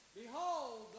Behold